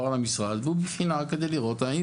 המידע הזה הועבר למשרד והוא בבחינה כדי לראות האם